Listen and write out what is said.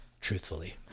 truthfully